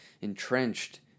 entrenched